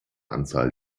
anzahl